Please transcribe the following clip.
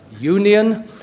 union